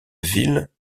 ville